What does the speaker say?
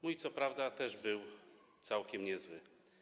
Mój co prawda też był całkiem niezły.